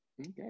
okay